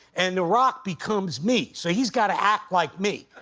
and the rock becomes me, so he's got to act like me,